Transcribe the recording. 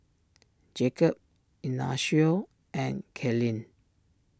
Jacob Ignacio and Kaylynn